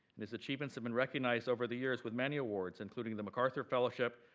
and his achievements have been recognized over the years with many awards, including the macarthur fellowship,